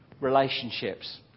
relationships